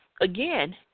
again